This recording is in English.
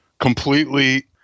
completely